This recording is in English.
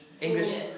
English